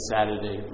Saturday